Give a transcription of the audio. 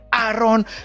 Aaron